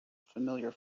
familiar